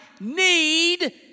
need